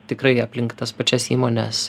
tikrai aplink tas pačias įmones